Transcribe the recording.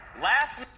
Last